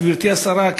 גברתי השרה,